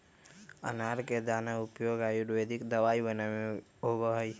अनार के दाना के उपयोग आयुर्वेदिक दवाई बनावे में भी होबा हई